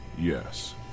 Yes